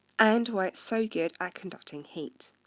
and why it's so good at conducting heat.